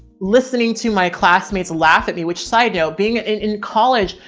listening to my classmates laugh at me. which side note being in college,